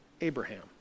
Abraham